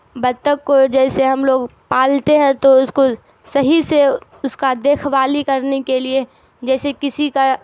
بطخ کو جیسے ہم لوگ پالتے ہیں تو اس کو صحیح سے اس کا دیکھ بھالی کرنے کے لیے جیسے کسی کا